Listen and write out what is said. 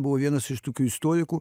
buvo vienas iš tokių istorikų